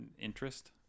interest